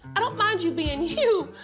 i don't mind you being you,